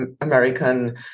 American